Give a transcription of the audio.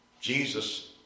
Jesus